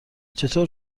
چطور